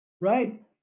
right